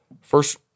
First